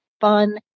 fun